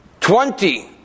Twenty